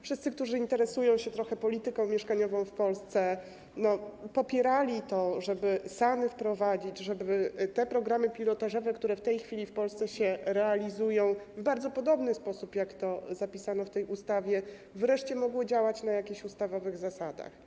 Wszyscy, którzy się trochę interesują polityką mieszkaniową w Polsce, popierali to, żeby SAN-y wprowadzić, żeby te programy pilotażowe, które w tej chwili w Polsce są realizowane w bardzo podobny sposób, jak to zapisano w tej ustawie, wreszcie mogły działać na jakiś ustawowych zasadach.